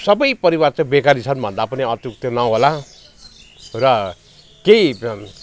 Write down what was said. सबै परिवार चाहिँ बेकारी छन् भन्दा पनि अतियुक्त नहोला र केही